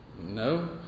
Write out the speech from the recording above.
no